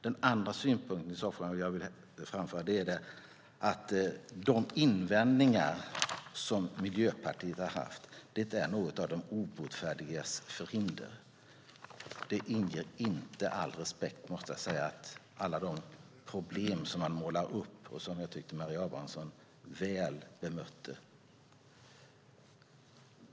Den andra synpunkten som jag vill framföra är att de invändningar som Miljöpartiet har haft är något av de obotfärdigas förhinder. Det inger inte all respekt, måste jag säga, med alla de problem som man målar upp och som jag tyckte att Maria Abrahamsson väl bemötte.